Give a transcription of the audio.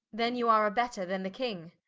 then you are a better then the king